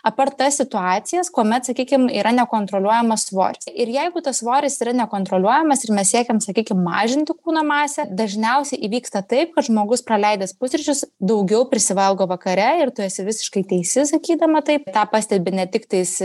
apart tas situacijas kuomet sakykim yra nekontroliuojamas svoris ir jeigu tas svoris yra nekontroliuojamas ir mes siekiam sakykim mažinti kūno masę dažniausiai įvyksta taip kad žmogus praleidęs pusryčius daugiau prisivalgo vakare ir tu esi visiškai teisi sakydama taip tą pastebi ne tik tais